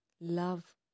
love